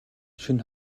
шөнө